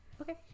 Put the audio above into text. okay